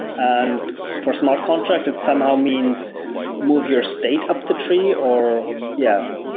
and for smart contract, that somehow means move your state up the tree or yeah.